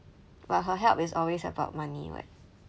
but her help is always about money [what]